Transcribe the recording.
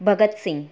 ભગત સિંગ